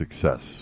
success